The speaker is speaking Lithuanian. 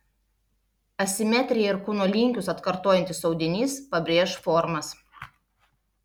asimetrija ir kūno linkius atkartojantis audinys pabrėš formas